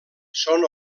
són